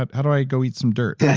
but how do i go eat some dirt? yeah